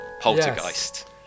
Poltergeist